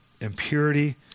impurity